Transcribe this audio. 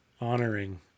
honoring